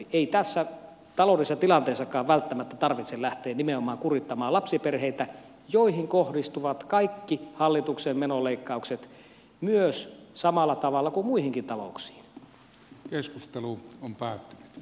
ei tässä taloudellisessa tilanteessakaan välttämättä tarvitse lähteä nimenomaan kurittamaan lapsiperheitä joihin kohdistuvat kaikki hallituksen menoleikkaukset myös samalla tavalla kuin muihinkin talouksiin